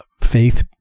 faith